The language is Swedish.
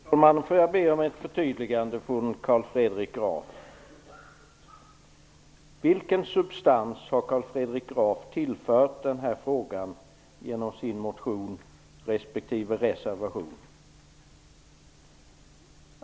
Fru talman! Jag får be om ett förtydligande från Vilken substans har han tillfört denna fråga genom sin motion respektive reservation?